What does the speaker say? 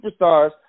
superstars